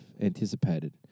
anticipated